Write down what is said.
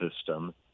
system